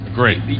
great